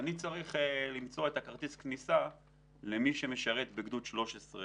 אני צריך למצוא את כרטיס הכניסה למי שמשרת בגדוד 13,